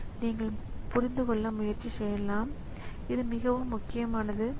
அதாவது இரண்டாவது ப்ரோக்ராமின் உள்ளடக்கம் அவற்றிற்குரிய லோக்கல் பஃபரில் வைக்கப்படலாம்